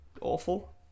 awful